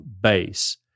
base